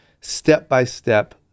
step-by-step